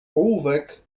ołówek